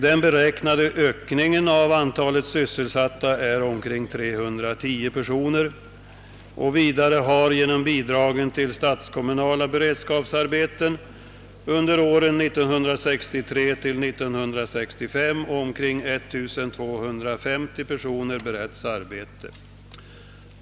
Den beräknade ökningen av antalet sysselsatta är omkring 310 personer. Vidare har, genom bidragen till statskommunala beredskapsarbeten, under åren 1963—1965 omkring 1 250 personer beretts arbete.